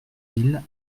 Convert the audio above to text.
mille